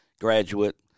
graduate